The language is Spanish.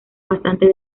bastante